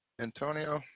Antonio